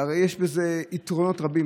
והרי יש בזה יתרונות רבים,